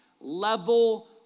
level